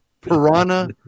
piranha